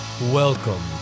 welcome